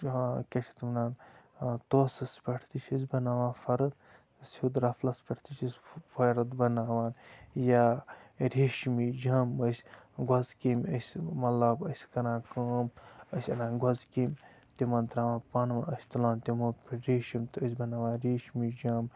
ہاں کیٛاہ چھِ اَتھ وَنان توسَس پٮ۪ٹھ تہِ چھِ أسۍ بَناوان فَرٕد سیوٚد رَفلَس پٮ۪ٹھ تہِ چھِ أسۍ فَرٕد بَناوان یا ریشمی جامہٕ ٲسۍ گۄژٕ کیٚمۍ ٲسۍ ٲسۍ کَران کٲم ٲسۍ اَنان گۄژٕ کیٚمۍ تِمَن ترٛاوان پَن وۄنۍ ٲسۍ تُلان تِمو ریشَم تہٕ ٲسۍ بَناوان ریشمی جامہٕ